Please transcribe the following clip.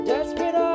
Desperate